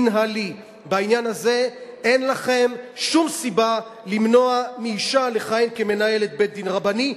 בעניין הזה אין לכם שום סיבה למנוע מאשה לכהן כמנהלת בית-דין רבני,